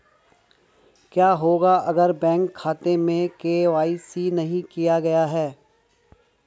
क्या होगा अगर बैंक खाते में के.वाई.सी नहीं किया गया है?